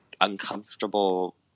uncomfortable